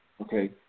okay